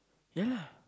ya